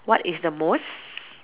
what is the most